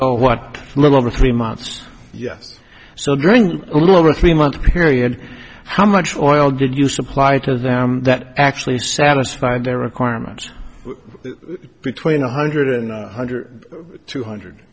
oh what a little over three months yes so drink a little over a three month period how much oil did you supply to them that actually satisfy their requirements between one hundred hundred two hundred